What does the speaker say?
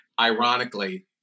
Ironically